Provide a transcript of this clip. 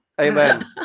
amen